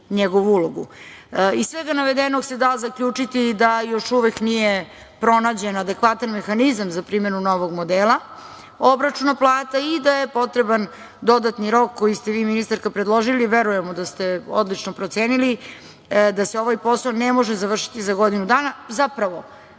svega navedenog se da zaključiti da još uvek nije pronađen adekvatan mehanizam za primenu novog modela obračuna plata i da je potreban dodatni rok, koji ste vi, ministarka, predložili. Verujemo da ste odlično procenili da se ovaj posao ne može završiti za godinu dana. Zapravo,